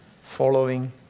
following